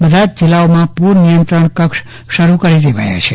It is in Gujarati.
બધાજ જીલ્લાઓમાં પુર નિયંત્રણ કેન્દ્ર શરુ કરી દેવાયા છે